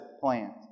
plant